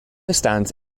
stands